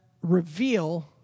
reveal